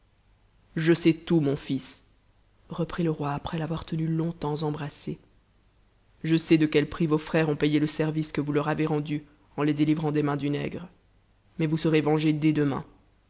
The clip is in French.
je sais tout mon fils reprit le roi après l'avoir tenu longtemps embrassé je sais de quel prix vos frères ont payé le service que vous teur avez rendu en les délivrant des mains du nègre mais vous serez vepgé dès demain